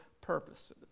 purposes